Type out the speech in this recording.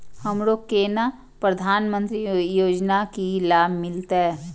हमरो केना प्रधानमंत्री योजना की लाभ मिलते?